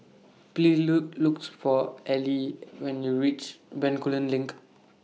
Please Look looks For Aili when YOU REACH Bencoolen LINK